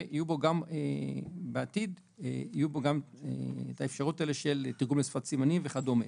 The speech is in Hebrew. וץהיה בו בעתיד גם האפשרות לתרגום לשפת סימנים וכדומה.